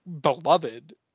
beloved